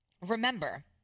Remember